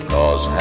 Cause